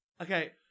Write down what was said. Okay